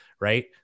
right